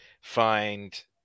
find